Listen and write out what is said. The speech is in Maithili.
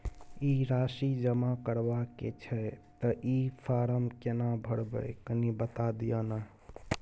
ई राशि जमा करबा के छै त ई फारम केना भरबै, कनी बता दिय न?